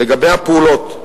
לגבי הפעולות,